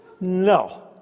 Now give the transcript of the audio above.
No